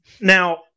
Now